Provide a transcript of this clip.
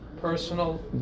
personal